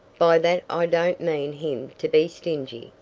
by that i don't mean him to be stingy.